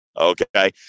Okay